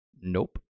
nope